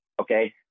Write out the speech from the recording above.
Okay